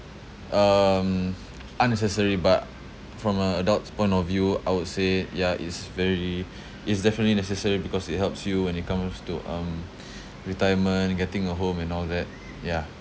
um unnecessary but from uh adult's point of view I would say ya it's very it's definitely necessary because it helps you when it comes to um retirement getting a home and all that yeah